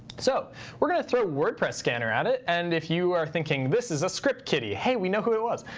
so we're going to throw a wordpress scanner at it. and if you are thinking this is a script kiddie hey, we know who it was.